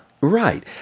Right